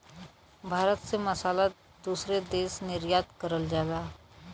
भारत से मसाला दूसरे देश निर्यात करल जाला